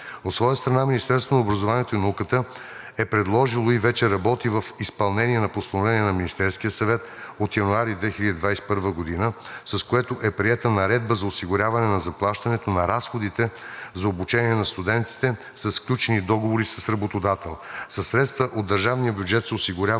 От своя страна, Министерството на образованието и науката е предложило и вече работи в изпълнение на Постановление на Министерския съвет от януари 2021 г., с което е приета Наредба за осигуряване на заплащането на разходите за обучение на студентите със сключени договори с работодател. Със средства от държавния бюджет се осигурява напълно или частично заплащането